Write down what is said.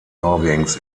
norwegens